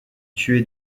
tué